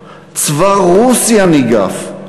צבא פולין ניגף, צבא רוסיה ניגף.